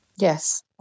Yes